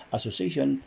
Association